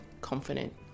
confident